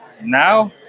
Now